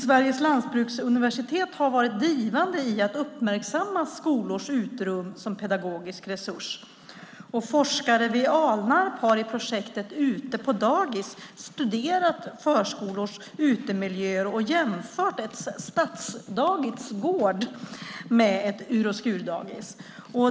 Sveriges lantbruksuniversitet har varit drivande i att uppmärksamma skolors uterum som pedagogisk resurs. Forskare vid Alnarp har i projektet Ute på dagis studerat förskolors utemiljöer och jämfört ett stadsdagis gård med ett ur-och-skur-dagis.